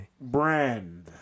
Brand